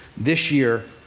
this year,